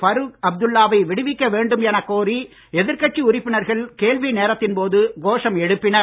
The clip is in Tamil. பரூக் அப்துல்லாவை விடுவிக்க வேண்டும் எனக் கோரி எதிர்க் கட்சி உறுப்பினர்கள் கேள்வி நேரத்தின் போது கோஷம் எழுப்பினர்